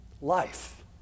Life